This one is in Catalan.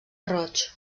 roig